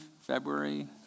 February